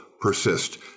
persist